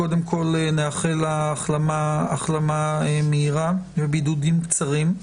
קודם כול, נאחל לה החלמה מהירה ובידודים קצרים.